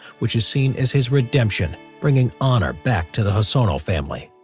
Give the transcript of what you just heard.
which is seen as his redemption bringing honor back to the hosono family.